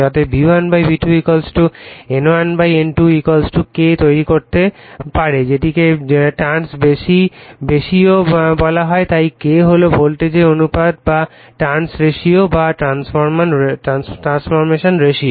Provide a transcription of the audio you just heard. অতএব V1 V2 N1 N2 K তৈরি করতে পারে যেটিকে টার্নস রেশিও বলা হয় তাই K হল ভোল্টেজের অনুপাত বা টার্নস রেশিও বা ট্রান্সফরমেশন রেশিও